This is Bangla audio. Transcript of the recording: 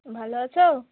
ভালো আছো